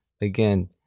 again